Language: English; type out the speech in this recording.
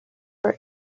were